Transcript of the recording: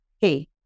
Hey